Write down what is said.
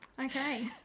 Okay